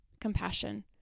compassion